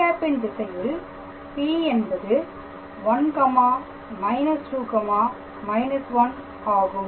â ன் திசையில் P என்பது 1 2 1 ஆகும்